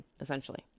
essentially